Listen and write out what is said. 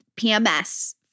PMS